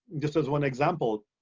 just as one example,